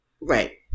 Right